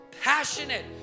Passionate